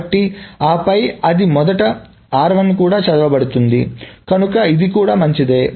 కాబట్టి ఆపై అది మొదట కూడా చదవబడుతుంది కనుక ఇది కూడా మంచిది